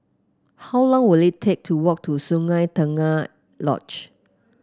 how long will it take to walk to Sungei Tengah Lodge